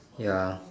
ya